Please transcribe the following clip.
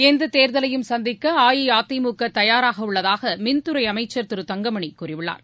எந்தத் தேர்தலையும் சந்திக்க அஇஅதிமுக தயாராக உள்ளதாக மின்துறை அமைச்சர் திரு தங்கமணி கூறியுள்ளார்